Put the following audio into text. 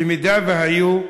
במידה שהיו,